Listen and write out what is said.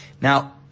Now